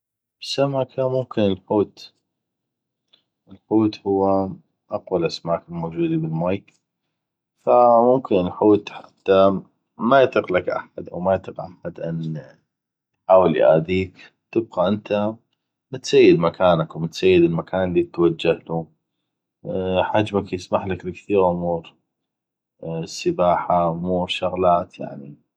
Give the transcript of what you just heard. سمكه ممكن الحوت الحوت هو اقوى الاسماك الموجودي بالمي ف ممكن الحوت حته ما يطيقلك احد أو ما يطيق احد يحاول ياذيك تبقى انته متسيد مكانك أو متسيد المكان اللي تتوجهلو حجمك يسمحلك بكثيغ امور يعني السباحه امور شغلات يعني